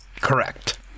correct